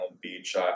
beach